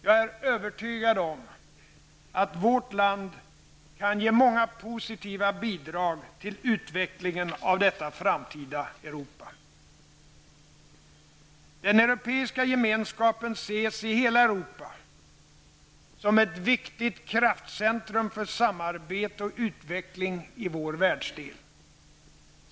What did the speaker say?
Jag är övertygad om att vårt land kan ge många positiva bidrag till utvecklingen av detta framtida Europa. Den Europeiska gemenskapen ses i hela Europa som ett viktigt kraftcentrum för samarbete och utveckling i vår världsdel.